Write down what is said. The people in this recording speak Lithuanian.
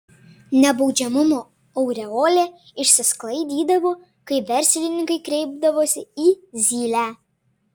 nebaudžiamumo aureolė išsisklaidydavo kai verslininkai kreipdavosi į zylę